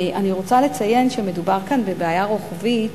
אני רוצה לציין שמדובר כאן בבעיה רוחבית,